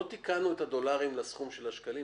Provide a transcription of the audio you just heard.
לא תיקנו את הדולרים לסכום בשקלים,